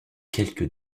quelques